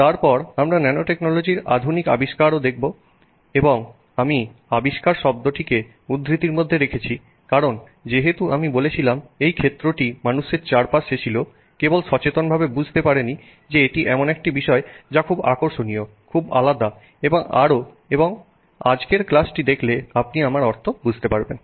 তারপর আমরা ন্যানোটেকনোলজির আধুনিক আবিষ্কারও দেখব এবং আমি আবিষ্কার শব্দটিকে উদ্ধৃতির মধ্যে রেখেছি কারণ যেহেতু আমি বলেছিলাম এই ক্ষেত্রটি মানুষের চারপাশে ছিল কেবল সচেতনভাবে বুঝতে পারেনি যে এটি এমন একটি বিষয় যা খুব আকর্ষণীয় খুব আলাদা এবং আরও এবং আজকের ক্লাসটি দেখলে আপনি আমার অর্থ বুঝতে পারবেন